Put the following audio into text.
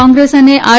કોંગ્રેસ અને આર